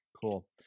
Cool